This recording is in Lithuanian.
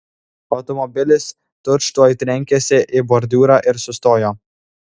automobilis tučtuoj trenkėsi į bordiūrą ir sustojo